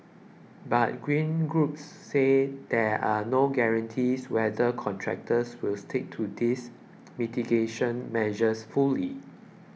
but Green groups say there are no guarantees whether contractors will stick to these mitigation measures fully